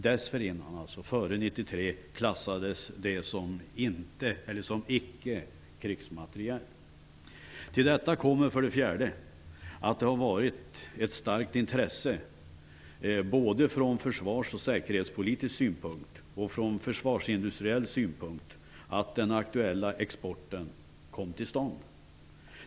Dessförinnan, dvs. före 1993 klassades det som icke krigsmateriel. Till detta kommer för det fjärde att det var ett starkt intresse både från försvars och säkerhetspolitisk synpunkt och från försvarsindustriell synpunkt att den aktuella exporten kom till stånd.